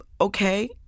okay